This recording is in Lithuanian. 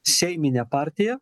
seimine partija